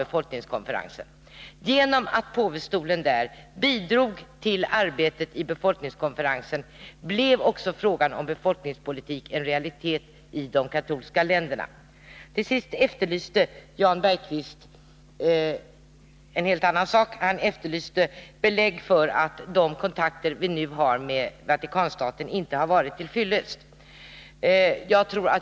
Det förhållandet att påvestolen fanns representerad vid konferensen bidrog till att underlätta arbetet, och därigenom blev också frågan om befolkningspolitik en realitet i de katolska länderna. Till sist efterlyser Jan Bergqvist en helt annan sak, nämligen belägg för att de kontakter vi nu har med Vatikanstaten inte har varit till fyllest.